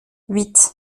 huit